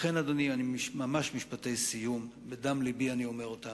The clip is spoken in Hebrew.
לכן, אדוני, משפטי סיום, בדם לבי אני אומר אותם,